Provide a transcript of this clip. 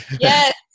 yes